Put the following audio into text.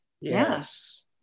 Yes